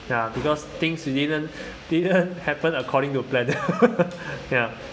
ya because things you didn't didn't happen according to plan ya